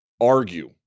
argue